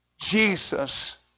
Jesus